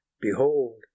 behold